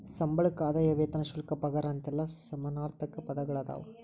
ಸಂಬಳಕ್ಕ ಆದಾಯ ವೇತನ ಶುಲ್ಕ ಪಗಾರ ಅಂತೆಲ್ಲಾ ಸಮಾನಾರ್ಥಕ ಪದಗಳದಾವ